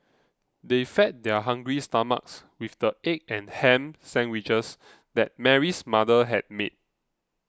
they fed their hungry stomachs with the egg and ham sandwiches that Mary's mother had made